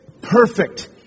perfect